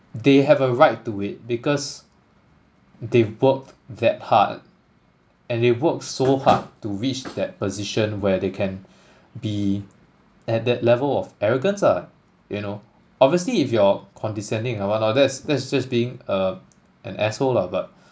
they have a right to it because they worked that hard and they worked so hard to reach that position where they can be at that level of arrogance ah you know obviously if you're condescending or what lah that's that's just being a an asshole lah but